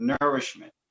nourishment